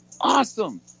Awesome